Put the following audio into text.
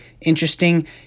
interesting